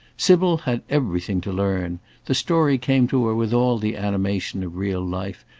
sybil had everything to learn the story came to her with all the animation of real life,